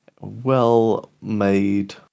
well-made